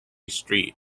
street